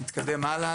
נתקדם הלאה.